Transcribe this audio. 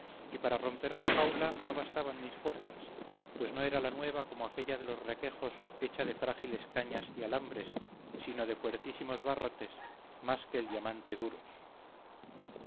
y para romper su jaula no bastaban mis fuerzas pues no era la nueva como aquella de los requejos hecha de frágiles cañas y alambres sino de fuertísimos barrotes más que el diamante duros